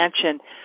attention